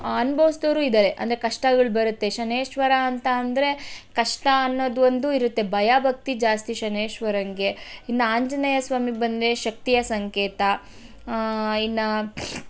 ಅನುಭವಿಸ್ದೋರು ಇದ್ದಾರೆ ಅಂದರೆ ಕಷ್ಟಗಳು ಬರುತ್ತೆ ಶನೈಶ್ವರ ಅಂತ ಅಂದರೆ ಕಷ್ಟ ಅನ್ನೋದು ಒಂದು ಇರುತ್ತೆ ಭಯ ಭಕ್ತಿ ಜಾಸ್ತಿ ಶನೈಶ್ವರಂಗೆ ಇನ್ನು ಆಂಜನೇಯ ಸ್ವಾಮಿ ಬಂದರೆ ಶಕ್ತಿಯ ಸಂಕೇತ ಇನ್ನು